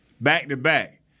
back-to-back